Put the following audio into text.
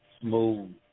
smooth